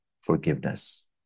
forgiveness